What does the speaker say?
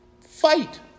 fight